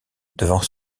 devant